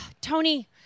Tony